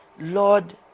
Lord